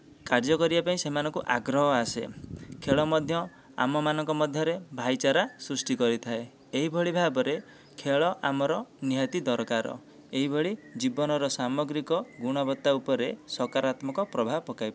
କାର୍ଯ୍ୟ କରିବାପାଇଁ ସେମାନଙ୍କୁ ଆଗ୍ରହ ଆସେ ଖେଳ ମଧ୍ୟ ଆମମାନଙ୍କ ମଧ୍ୟରେ ଭାଇଚାରା ସୃଷ୍ଟି କରିଥାଏ ଏହି ଭଳି ଭାବରେ ଖେଳ ଆମର ନିହାତି ଦରକାର ଏହି ଭଳି ଜୀବନର ସାମଗ୍ରୀକ ଗୁଣବତ୍ତା ଉପରେ ସକାରାତ୍ମକ ପ୍ରଭାବ ପକାଇ ପାରେ